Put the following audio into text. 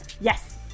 yes